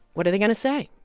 what are they going to say?